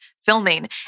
filming